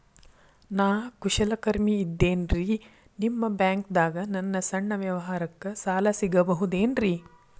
ನಾ ಕುಶಲಕರ್ಮಿ ಇದ್ದೇನ್ರಿ ನಿಮ್ಮ ಬ್ಯಾಂಕ್ ದಾಗ ನನ್ನ ಸಣ್ಣ ವ್ಯವಹಾರಕ್ಕ ಸಾಲ ಸಿಗಬಹುದೇನ್ರಿ?